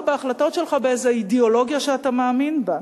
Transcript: בהחלטות שלך באיזה אידיאולוגיה שאתה מאמין בה.